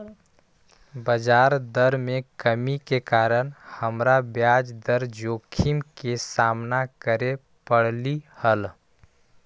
बजार दर में कमी के कारण हमरा ब्याज दर जोखिम के सामना करे पड़लई हल